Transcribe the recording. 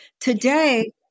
Today